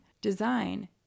design